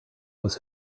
was